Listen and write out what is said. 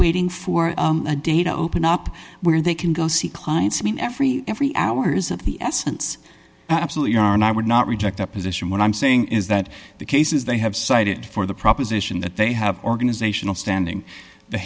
waiting for a day to open up where they can go see clients i mean every every hours of the essence absolutely are and i would not reject that position what i'm saying is that the cases they have cited for the proposition that they have organizational standing the